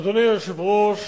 אדוני היושב-ראש,